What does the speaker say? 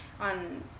on